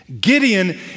Gideon